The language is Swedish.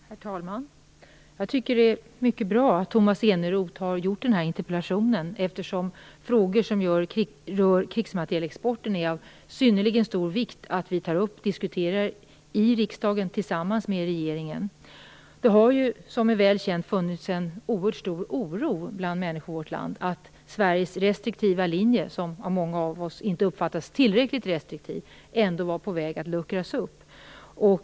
Herr talman! Jag tycker att det är mycket bra att Tomas Eneroth har framställt den här interpellationen, eftersom det är av synnerlig vikt att vi i riksdagen tar upp och diskuterar frågor som rör krigsmaterielexport med regeringen. Det har, som vi väl känner till, funnits en oerhört stor oro bland människor i vårt land för att Sveriges restriktiva linje - som av många av oss uppfattas som inte tillräckligt restriktiv - var på väg att luckras upp.